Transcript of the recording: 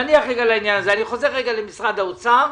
נניח רגע לעניין הזה, אני חוזר למשרד האוצר.